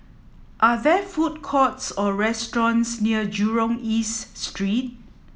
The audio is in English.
are there food courts or restaurants near Jurong East Street